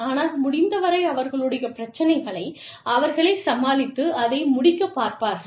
ஆனால் முடிந்தவரை அவர்களுடைய பிரச்சினைகளை அவர்களே சமாளித்து அதை முடிக்கப் பார்ப்பார்கள்